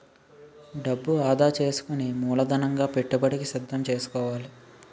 డబ్బు ఆదా సేసుకుని మూలధనంగా పెట్టుబడికి సిద్దం సేసుకోవాలి